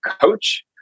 coach